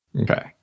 Okay